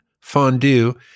fondue